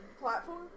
Platform